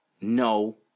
no